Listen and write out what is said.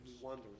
wonder